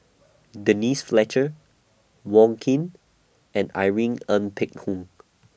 Denise Fletcher Wong Keen and Irene Ng Phek Hoong